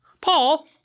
Paul